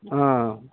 ఆ